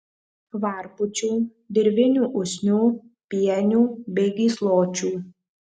varpučių dirvinių usnių pienių bei gysločių